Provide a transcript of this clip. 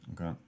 Okay